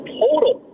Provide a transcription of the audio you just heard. total